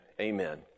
amen